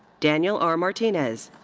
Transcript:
daniel r. martinez.